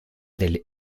del